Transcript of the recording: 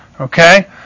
okay